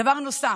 דבר נוסף,